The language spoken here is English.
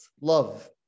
love